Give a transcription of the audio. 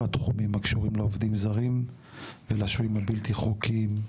התחומים הקשורים לעובדים הזרים ולשוהים הבלתי חוקיים.